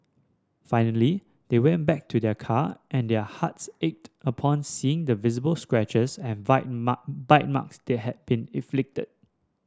finally they went back to their car and their hearts ached upon seeing the visible scratches and bite bite marks that had been inflicted